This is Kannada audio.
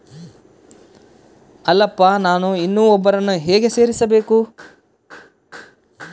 ಅಲ್ಲಪ್ಪ ನಾನು ಇನ್ನೂ ಒಬ್ಬರನ್ನ ಹೇಗೆ ಸೇರಿಸಬೇಕು?